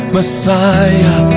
Messiah